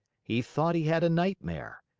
he thought he had a nightmare.